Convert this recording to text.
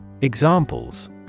Examples